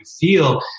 feel